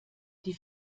die